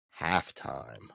Halftime